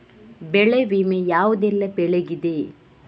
ಬೆಳೆ ವಿಮೆ ಯಾವುದೆಲ್ಲ ಬೆಳೆಗಿದೆ?